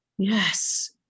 Yes